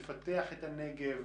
זה מפתח את הנגב,